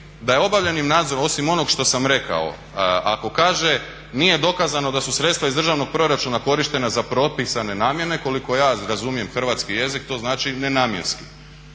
da je obavljeni nadzor osim onoga što sam rekao, ako kaže nije dokazano da su sredstva iz državnog proračuna korištena za propisane namjene, koliko ja razumijem hrvatski jezik to znači nenamjenski.